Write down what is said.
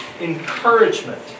encouragement